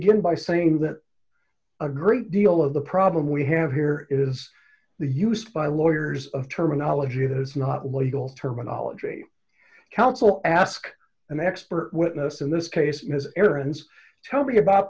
gin by saying that a great deal of the problem we have here is the use by lawyers of terminology that is not legal terminology counsel ask an expert witness in this case ms evans tell me about